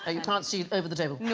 ah you can't see over the table